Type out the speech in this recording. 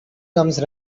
comes